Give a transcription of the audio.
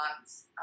months